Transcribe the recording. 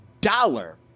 dollar